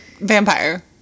vampire